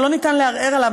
שלא ניתן לערער עליו,